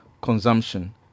consumption